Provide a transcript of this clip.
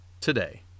today